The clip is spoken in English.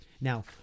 Now